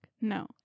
no